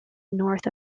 north